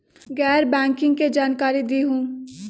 गैर बैंकिंग के जानकारी दिहूँ?